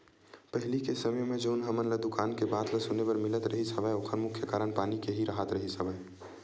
पहिली के समे म जउन हमन ल दुकाल के बात सुने बर मिलत रिहिस हवय ओखर मुख्य कारन पानी के ही राहत रिहिस हवय